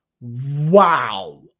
Wow